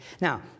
Now